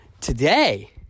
Today